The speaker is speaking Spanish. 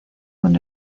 con